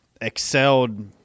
excelled